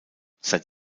seit